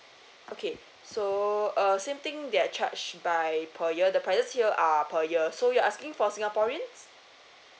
okay so uh same thing they're charge by per year the prices here are per year so you're asking for singaporeans